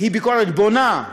היא ביקורת בונה,